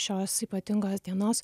šios ypatingos dienos